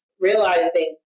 realizing